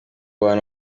bantu